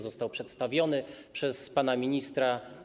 Został on przedstawiony przez pana ministra.